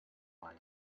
why